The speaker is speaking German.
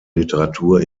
literatur